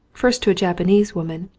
first to a japanese woman,